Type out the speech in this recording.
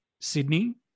Sydney